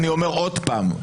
אני אומר עוד פעם,